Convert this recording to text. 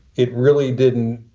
it really didn't.